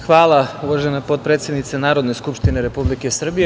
Hvala, uvažena potpredsednice Narodne skupštine Republike Srbije.